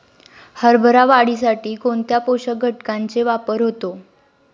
हरभरा वाढीसाठी कोणत्या पोषक घटकांचे वापर होतो?